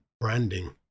branding